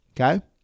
okay